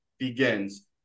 begins